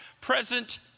present